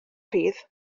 rhydd